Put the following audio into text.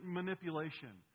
manipulation